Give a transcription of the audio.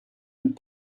und